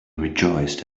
rejoiced